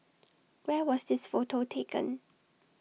where was this photo taken